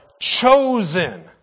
chosen